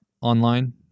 online